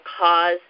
cause